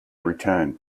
returned